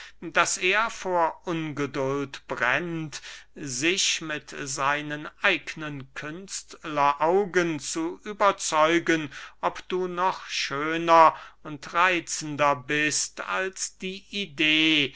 daß er vor ungeduld brennt sich mit seinen eignen künstleraugen zu überzeugen ob du noch schöner und reitzender bist als die idee